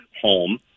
home